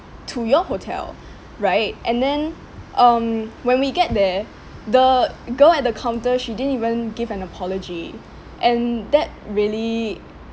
to your hotel right and then um when we get there the girl at the counter she didn't even give an apology and that really